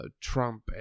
Trump